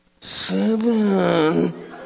Seven